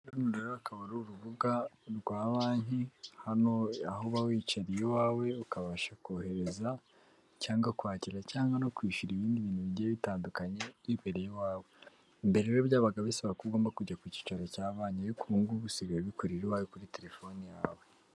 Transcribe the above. Runo rero rukaba ari urubuga rwa banki hano aho uba wicariye iwawe ukabasha kohereza cyangwa kwakira cyangwa no kwishyura ibindi bintu bigiye bitandukanye wibereye iwawe. Bmbere iyo byabaga bisaba ko ugomba kujya ku cyicaro cya banki ubungubu ukaba usigaye bikorera iwawe kuri telefone yawe.